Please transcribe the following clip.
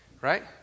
right